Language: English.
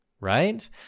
Right